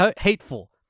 hateful